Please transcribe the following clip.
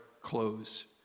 close